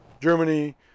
Germany